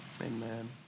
amen